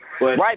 Right